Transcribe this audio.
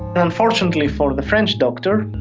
unfortunately for the french doctor,